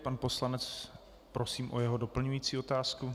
Pan poslanec, prosím o jeho doplňující otázku.